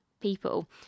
people